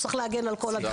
צריך להגן על הזכויות שלהם.